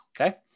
okay